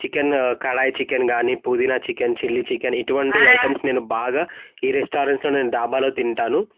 chicken kadai chicken గానీ పుదీనా chicken chilli chicken ఇటువంటి ఐటమ్స్ నేను బాగా ఈ రెస్టారెంట్స్లో నేను ధాబాలో తింటాను